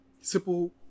simple